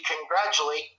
congratulate